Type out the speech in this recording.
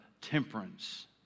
temperance